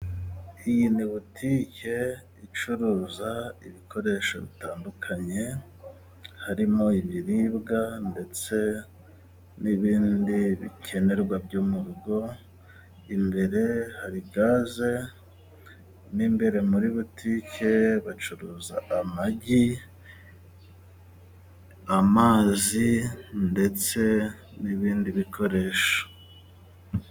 Iyi ni butiKe icuruza ibikoresho bitandukanye, harimo ibiribwa ndetse n'ibindi bikenerwa byo mu rugo. Imbere hari gaze n'imbere muri butike bacuruza amagi, amazi ndetse n'ibindi bikoresho.